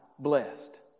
Blessed